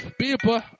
people